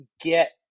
get